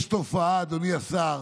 יש תופעה, אדוני השר,